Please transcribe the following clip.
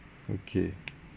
okay